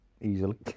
easily